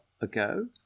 ago